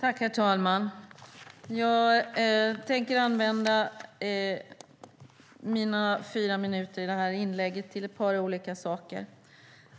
Herr talman! Jag tänker använda mina fyra minuter i det här inlägget till ett par olika saker.